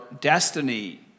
destiny